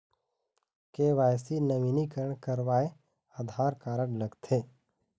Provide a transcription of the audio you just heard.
KYC नवीनीकरण करवाये Aadhaar card लगथे?